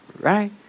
right